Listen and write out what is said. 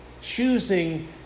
choosing